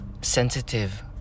sensitive